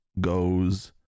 goes